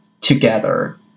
together